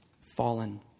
fallen